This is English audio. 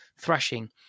thrashing